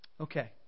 Okay